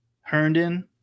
Herndon